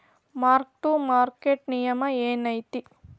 mark to market ನಿಯಮ ಏನೈತಿ